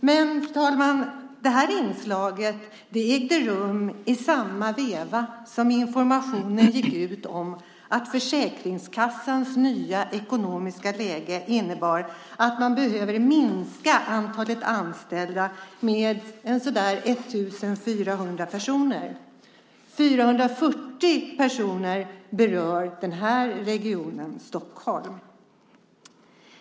Men, fru talman, detta tv-inslag visades i samma veva som det gick ut information om att Försäkringskassans nya ekonomiska läge innebär att man behöver minska antalet anställda med ungefär 1 400 personer. 440 personer berörs i den här regionen, alltså Stockholm.